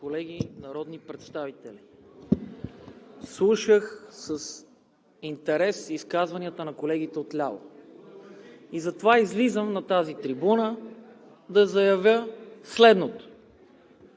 колеги народни представители! Слушах с интерес изказванията на колегите отляво и затова излизам на тази трибуна да заявя следното.